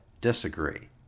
disagree